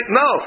no